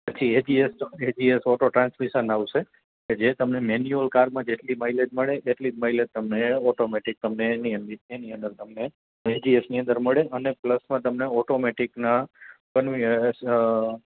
પછી AGS auto transmission આવશે કે જે તમને મેન્યુઅલ કારમાં જેટલી માઈલેજ મળે એટલીજ માઈલેજ તમને ઓટોમેટિક તમને એની અંદર તમને એજીએસની અંદર મળે અને પ્લસમાં તમને ઓટોમેટિકના કન્વીએસ